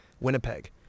Winnipeg